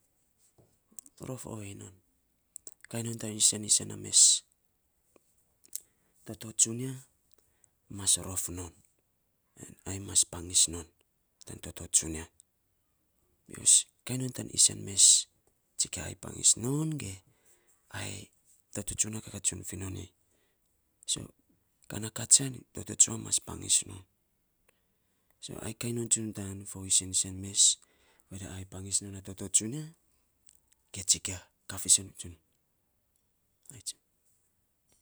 Rof ovei non, kai non tan isen isen na mes toto tsunia mas rof non, ai mas pangis non tan toto tsunia bikos kai non tan isen mes tsikia ge ai pangis non ge ai toto tsunia kakaa tsun finon nei, so ka na katsian toto tsuma mas pangis non, so ai kain non tsun tan fo isen isen mes ai pangis non a toto tsunia kaa fiisen tsun ai tsun.